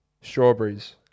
strawberries